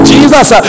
Jesus